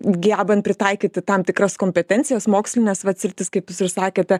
gebant pritaikyti tam tikras kompetencijas mokslines vat sritis kaip jūs ir sakėte